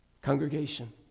Congregation